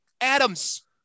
Adams